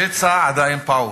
הפצע עדיין פעור.